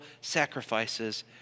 sacrifices